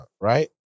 Right